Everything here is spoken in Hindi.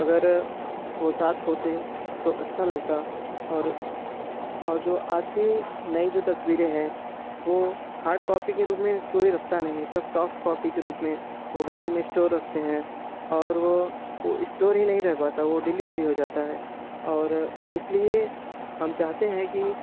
अगर वो साथ होते तो अच्छा लगता और और जो आज की नई जो तस्वीरें हैं वो हार्ड कॉपी के रूप में कोई रखता नहीं है सब सॉफ्ट कॉपी के रूप में मोबाइल में इश्टोर रखते हैं और वो वो इश्टोर ही नहीं रह पाता वो डिलीट भी हो जाता है और इस लिए हम चाहते हैं कि